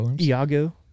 Iago